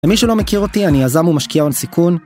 למי שלא מכיר אותי אני יזם ומשקיע הון-סיכון